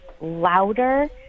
louder